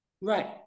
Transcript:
right